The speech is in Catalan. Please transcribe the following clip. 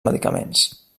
medicaments